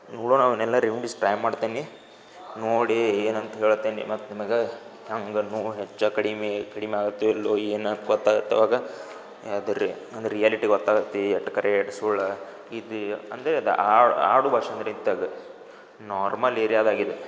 ನೋಡೋಣ ಅವ್ನ ಎಲ್ಲ ರೆಮಿಡೀಸ್ ಟ್ರೈ ಮಾಡ್ತೇನೆ ನೋಡಿ ಏನಂತ ಹೇಳ್ತೀನಿ ಮತ್ತು ನಿಮಗೆ ಹಂಗೆ ನೋವು ಹೆಚ್ಚು ಕಡಿಮೆ ಕಡಿಮೆ ಆಗುತ್ತೋ ಇಲ್ವೋ ಏನು ಪ ತವಾಗ ಆದಿರಿ ಅಂದ್ರೆ ರಿಯಾಲಿಟಿ ಗೊತ್ತಾಗತ್ತೆ ಎಷ್ಟ್ ಖರೆ ಎಷ್ಟ್ ಸುಳ್ಳು ಇದು ಅಂದರೆ ಅದು ಆಡು ಇದ್ದಾಗ ನಾರ್ಮಲ್ ಏರ್ಯಾದಾಗಿದು